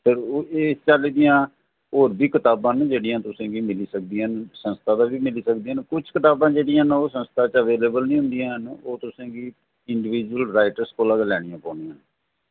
ते ए इस चाल्ली दि'यां और बी कताबां न जेह्ड़ियां तुसें कि मिली सकदियां न संस्था दा वी मिली सकदियां न कुछ कताबां जेह्ड़ियां न ओह् संस्था अवेलेबल निं होंदियां न ओह् तुसें गी इंडीविजुअल राइटरस कोला गै लैनियां पोनियां न